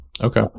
Okay